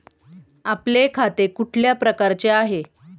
आपले खाते कुठल्या प्रकारचे आहे?